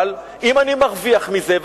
אבל אם אני מרוויח מזה,